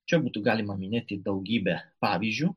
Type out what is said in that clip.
čia būtų galima minėti daugybę pavyzdžių